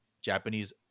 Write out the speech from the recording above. Japanese